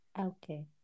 Okay